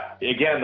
again